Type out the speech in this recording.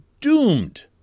doomed